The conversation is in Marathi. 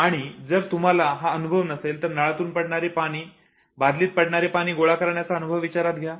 आणि जर तुम्हाला हा अनुभव नसेल तर नळातून पडणारे पाणी बादलीत गोळा करण्याचा अनुभव घेऊन बघा